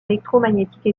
électromagnétique